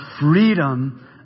freedom